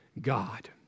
God